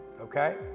okay